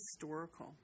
historical